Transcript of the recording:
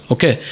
Okay